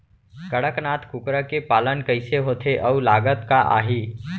कड़कनाथ कुकरा के पालन कइसे होथे अऊ लागत का आही?